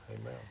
Amen